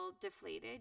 deflated